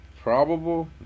probable